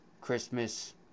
Christmas